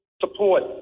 support